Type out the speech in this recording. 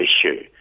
issue